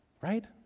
right